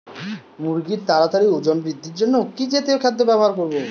মুরগীর তাড়াতাড়ি ওজন বৃদ্ধির জন্য কি জাতীয় খাদ্য ব্যবহার করব?